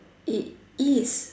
it is